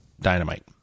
dynamite